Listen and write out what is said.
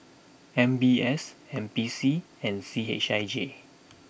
M B S N P C and C H I J